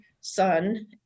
son